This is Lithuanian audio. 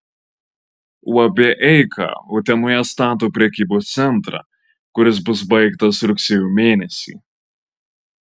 uab eika utenoje stato prekybos centrą kuris bus baigtas rugsėjo mėnesį